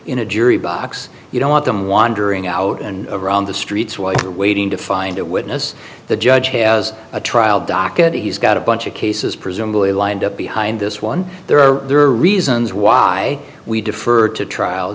in a jury box you don't want them wandering out and around the streets while you're waiting to find a witness the judge has a trial docket he's got a bunch of cases presumably lined up behind this one there are reasons why we defer to trial